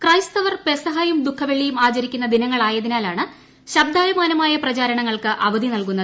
ക്രൈസ്തവർ പെസഹയും ദുഃഖവെള്ളിയും ആചരിക്കുന്ന ദിനങ്ങളായതിനാലാണ് ശബ്ദായമാനമായ പ്രചാരണങ്ങൾക്ക് അവധി നൽക്കുന്നത്